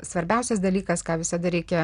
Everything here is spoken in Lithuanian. svarbiausias dalykas ką visada reikia